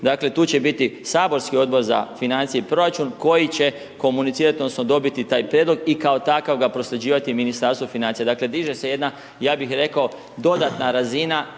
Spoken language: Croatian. dakle tu će biti saborski Odbor za financije i proračun koji će komunicirati, odnosno dobiti taj prijedlog i kao takav ga prosljeđivati Ministarstvu financija. Dakle diže se jedna, ja bih rekao dodatna razina